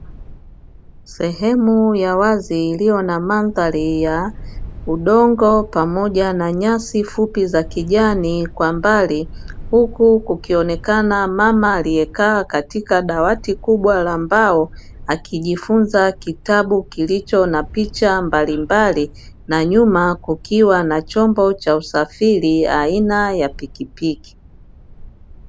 Sehemu ya wazi iliyo na mandhari ya udongo pamoja na nyasi fupi za kijani kwa mbali, huku kukionekana mama aliyekaa katika dawati kubwa la mbao akijifunza kitabu kilicho na picha mbalimbali, na nyuma kukiwa na chombo cha usafiri aina ya pikipiki.